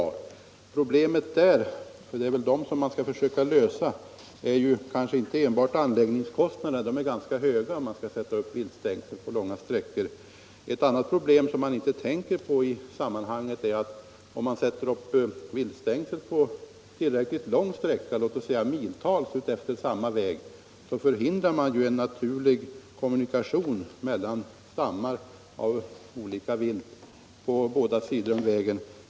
De problem som man därvidlag väl närmast bör försöka lösa är kanske inte enbart att minska anläggningskostnaderna, som är ganska höga vid uppsättningen av viltstängsel på långa sträckor. Man kanske inte så ofta tänker på att om viltstängsel sätts upp på till räckligt långa sträckor — låt oss säga miltals utefter samma väg — förhindras en naturlig kommunikation mellan olika stammar av vilt på båda sidor av vägen.